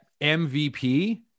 MVP